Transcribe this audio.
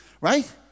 right